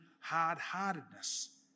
hard-heartedness